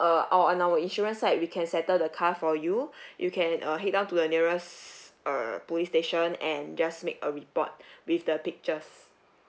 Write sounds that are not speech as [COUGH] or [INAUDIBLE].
uh on our insurance side we can settle the car for you [BREATH] you can uh head down to the nearest err police station and just make a report [BREATH] with the pictures